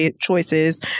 choices